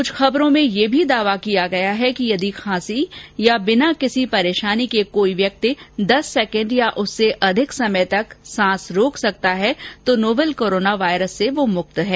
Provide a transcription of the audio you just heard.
कुछ खबरों में दावा किया गया है कि यदि खांसी या बिना किसी परेशानी के कोई व्यक्ति दस सैकेंड या उससे अधिक समय तक सांस रोक सकता है तो वह नोवेल कोरोना वायरस से मुक्त है